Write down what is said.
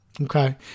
okay